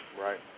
Right